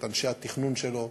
את אנשי התכנון שלו,